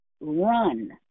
Run